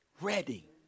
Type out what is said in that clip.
ready